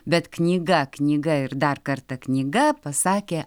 bet knyga knyga ir dar kartą knyga pasakė